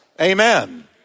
Amen